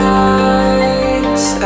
eyes